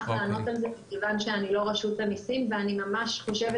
לענות על זה מכיוון שאני לא רשות המיסים ואני ממש חושבת